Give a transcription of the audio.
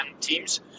teams